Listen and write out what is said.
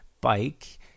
bike